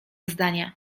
zdania